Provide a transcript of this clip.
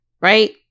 right